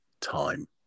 time